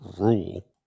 rule